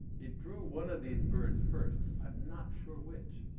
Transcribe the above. he drew one of these birds first i'm not sure which.